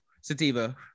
Sativa